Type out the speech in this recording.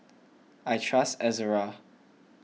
I trust Ezerra